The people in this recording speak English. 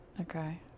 Okay